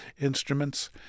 instruments